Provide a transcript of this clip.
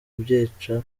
byica